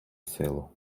силу